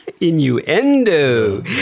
Innuendo